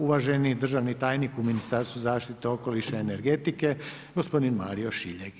Uvaženi državni tajnik u Ministarstvu zaštite okoliša i energetike gospodin Mario Šiljeg.